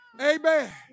amen